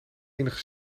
enige